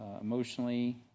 emotionally